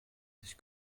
sich